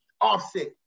Offset